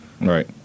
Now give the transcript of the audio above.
Right